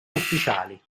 ufficiali